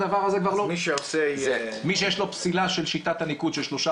מי שיש לו פסילה של שיטת הניקוד של שלושה